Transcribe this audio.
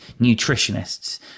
nutritionists